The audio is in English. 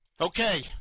Okay